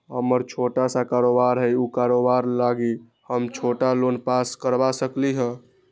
हमर छोटा सा कारोबार है उ कारोबार लागी हम छोटा लोन पास करवा सकली ह?